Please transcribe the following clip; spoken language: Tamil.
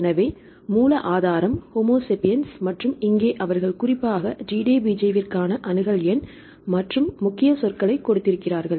எனவே மூலஆதாரம் ஹோமோசேபியன்ஸ் மற்றும் இங்கே அவர்கள் குறிப்பாக DDBJ விற்கான அணுகல் எண் மற்றும் முக்கிய சொற்களை கொடுத்திருக்கிறார்கள்